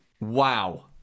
Wow